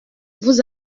vous